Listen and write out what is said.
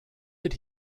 that